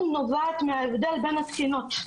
נובעת מההבדל בין התקינות.